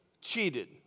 cheated